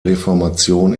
reformation